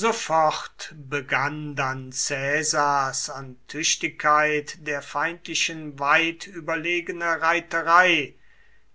sofort begann dann caesars an tüchtigkeit der feindlichen weit überlegene reiterei